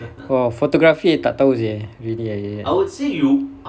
for photography I tak tahu seh really I